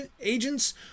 agents